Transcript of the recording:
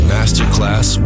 Masterclass